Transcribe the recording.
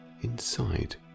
inside